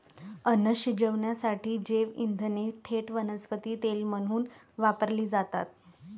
अन्न शिजवण्यासाठी जैवइंधने थेट वनस्पती तेल म्हणून वापरली जातात